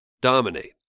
dominate